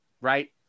right